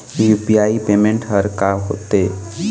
UPI payment हर का होते?